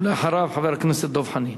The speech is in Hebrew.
ואחריו, חבר הכנסת דב חנין.